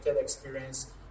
experience